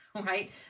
right